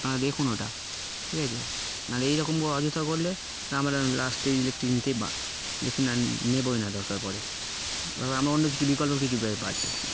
আপনারা দেখুন ওটা ঠিক আছে নাহলে এইরকম ব অযথা করলে না আমরা লাস্টে ইলেকট্রিক নিতেই ইলেকট্রিক না নেবই না দরকার পে আমরা অন্য কিছু বিকল্প কিছু পাছি